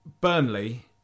Burnley